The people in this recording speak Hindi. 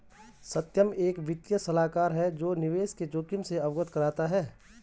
सत्यम एक वित्तीय सलाहकार है जो निवेश के जोखिम से अवगत कराता है